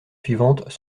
suivantes